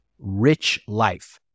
RICHLIFE